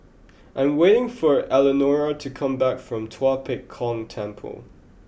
I am waiting for Elenora to come back from Tua Pek Kong Temple